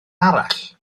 arall